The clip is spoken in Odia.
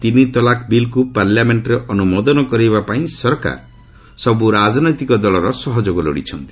ତିନି ତଲାକ୍ ବିଲ୍କୁ ପାର୍ଲାମେଣ୍ଟରେ ଅନୁମୋଦନ କରାଇବା ପାଇଁ ସରକାର ସବୁ ରାଜନୈତିକ ଦଳର ସହଯୋଗ ଲୋଡ଼ିଛନ୍ତି